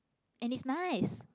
and it's nice